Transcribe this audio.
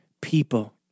people